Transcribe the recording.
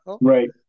Right